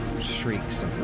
shrieks